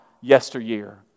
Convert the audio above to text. yesteryear